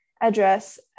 address